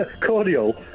Cordial